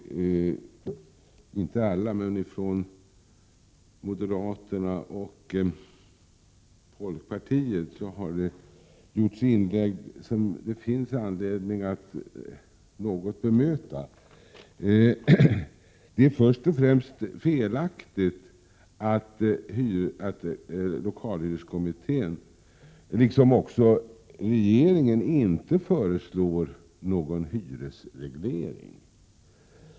Från moderaternas och folkpartiets sida har det gjorts inlägg som det finns anledning att något bemöta. Det är först och främst felaktigt att lokalhyreskommittén, liksom också regeringen, inte föreslår någon hyresreglering.